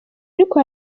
ariko